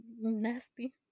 nasty